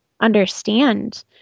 understand